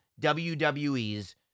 WWE's